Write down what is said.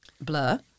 blur